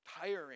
tiring